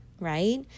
right